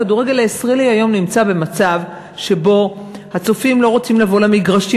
הכדורגל הישראלי היום נמצא במצב שבו הצופים לא רוצים לבוא למגרשים,